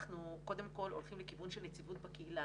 אנחנו קודם כל הולכים לכיוון של נציבות בקהילה.